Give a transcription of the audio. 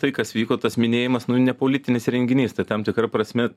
tai kas vyko tas minėjimas nu ne politinis renginys tai tam tikra prasme